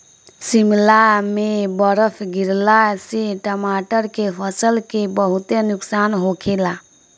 शिमला में बरफ गिरला से टमाटर के फसल के बहुते नुकसान होखेला